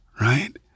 right